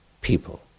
people